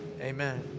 Amen